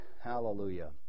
hallelujah